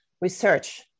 research